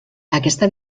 aquesta